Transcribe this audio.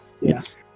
Yes